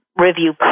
review